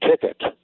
ticket